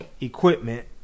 equipment